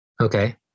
Okay